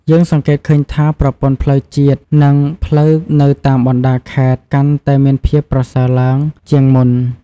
យើងសង្កេតឃើញថា ប្រព័ន្ធផ្លូវជាតិ និងផ្លូវនៅតាមបណ្តាខេត្តកាន់តែមានភាពប្រសើរឡើងឡើងជាងមុន។